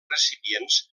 recipients